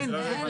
אבל אין.